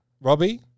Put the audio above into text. Robbie